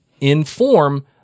inform